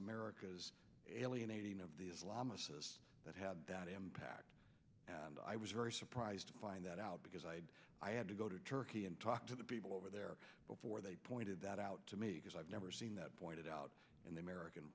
america's alienating of the islamicist that had that impact and i was very surprised to find that out because i had i had to go to turkey and talk to the people over there before they pointed that out to me because i've never seen that pointed out in the american